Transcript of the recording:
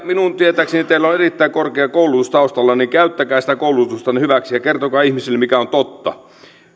minun tietääkseni teillä on erittäin korkea koulutus taustalla niin käyttäkää sitä koulutustanne hyväksi ja kertokaa ihmisille mikä on totta